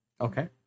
Okay